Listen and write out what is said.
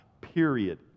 period